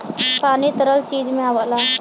पानी तरल चीज में आवला